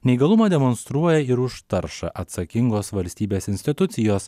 neįgalumą demonstruoja ir už taršą atsakingos valstybės institucijos